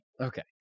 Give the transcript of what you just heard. okay